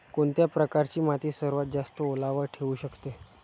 कोणत्या प्रकारची माती सर्वात जास्त ओलावा ठेवू शकते?